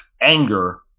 anger